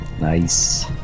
Nice